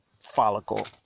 follicle